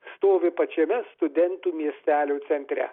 stovi pačiame studentų miestelio centre